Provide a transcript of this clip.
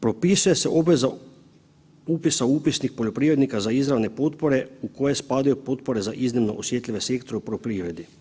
Propisuje se obveza upisa u upisnik poljoprivrednika za izravne potpore u koje spadaju potpore za iznimno osjetljive sektore u poljoprivredi.